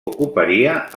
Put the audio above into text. ocuparia